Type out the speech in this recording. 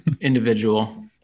individual